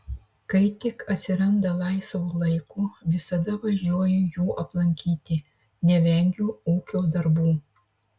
kai tik atsiranda laisvo laiko visada važiuoju jų aplankyti nevengiu ūkio darbų